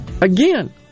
Again